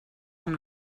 amb